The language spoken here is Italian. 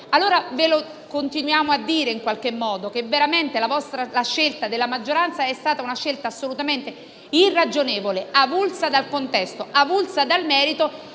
vi continuiamo a dire, in qualche modo, che la scelta della maggioranza è stata assolutamente irragionevole, avulsa dal contesto, avulsa dal merito